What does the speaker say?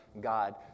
God